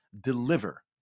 deliver